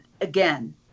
again